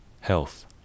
health